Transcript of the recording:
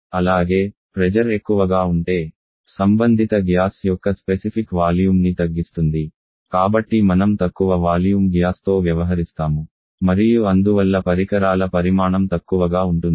అలాగే ప్రెజర్ ఎక్కువగా ఉంటే సంబంధిత గ్యాస్ యొక్క స్పెసిఫిక్ వాల్యూం ని తగ్గిస్తుంది కాబట్టి మనం తక్కువ వాల్యూం గ్యాస్ తో వ్యవహరిస్తాము మరియు అందువల్ల పరికరాల పరిమాణం తక్కువగా ఉంటుంది